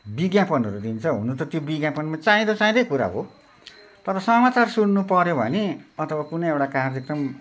विज्ञापनहरू दिन्छ हुन त त्यो विज्ञापनमा चाहिँदो चाहिँदै कुरा हो तर समाचार सुन्नुपऱ्यो भने अथवा कुनै एउटा कार्यक्रम